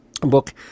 book